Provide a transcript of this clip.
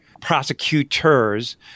prosecutors